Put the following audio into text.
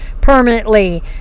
permanently